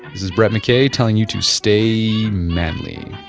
this is brett mckay telling you to stay manly